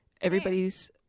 Everybody's